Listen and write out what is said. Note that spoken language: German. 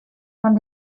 von